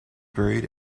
buried